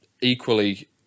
equally